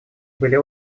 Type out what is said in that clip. были